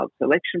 selection